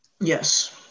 Yes